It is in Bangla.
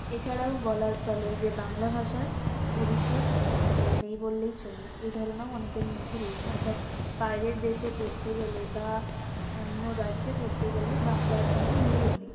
এছাড়াও বলা চলে যে বাংলা ভাষার ভবিষ্যৎ নেই বললেই চলে এই ধারণাও অনেকের মধ্যে রয়েছে অর্থাৎ বাইরের দেশে পড়তে গেলে বা অন্য রাজ্যে পড়তে গেলে বাংলার কোনো মূল্য নেই